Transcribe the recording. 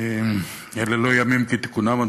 אלה לא ימים כתיקונם,